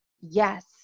Yes